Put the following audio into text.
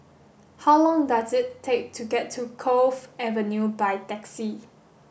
how long does it take to get to Cove Avenue by taxi